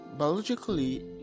Biologically